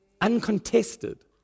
uncontested